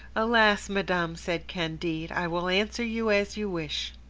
alas! madame, said candide, i will answer you as you wish.